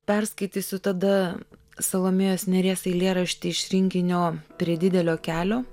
perskaitysiu tada salomėjos nėries eilėraštį iš rinkinio prie didelio kelio